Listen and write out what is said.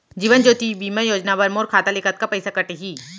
जीवन ज्योति बीमा योजना बर मोर खाता ले कतका पइसा कटही?